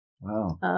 Wow